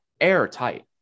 airtight